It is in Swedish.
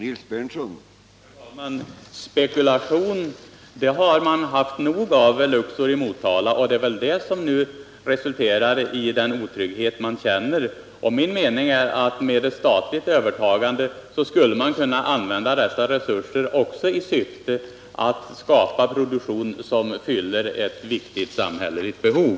Herr talman! Spekulation har man haft nog av vid Luxor i Motala, och det är väl det som förorsakat den otrygghet man känner. Min mening är att.staten efter ett övertagande skulle kunna använda resurserna till att åstadkomma en produktion som fyller ett viktigt samhälleligt behov.